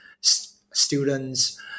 students